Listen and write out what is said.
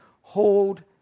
hold